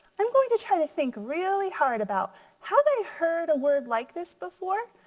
i'm going to try to think really hard about have i heard a word like this before?